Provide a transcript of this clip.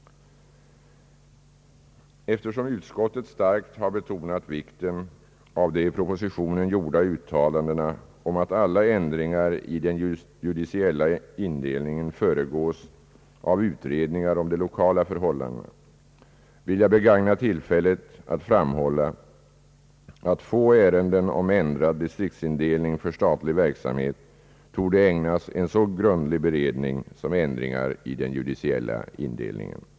Eftersom utskottet starkt har betonat vikten av de i propositionen gjorda uttalandena om att alla ändringar i den judiciella indelningen föregås av utredningar om de lokala förhållandena vill jag begagna tillfället att framhålla, att få ärenden om ändrad distriktsindelning för statlig verksamhet torde ägnas en så grundlig beredning som ändringar i den judiciella indelningen.